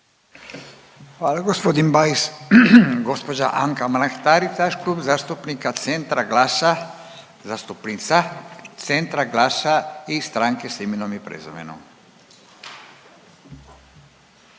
Hvala gospodin Bajs. Gospođa Anka Mrak Taritaš, Klub zastupnika Centra, GLAS-a, zastupnica Centra, GLAS-a i Stranke s imenom i prezimenom.